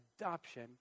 adoption